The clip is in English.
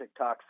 TikToks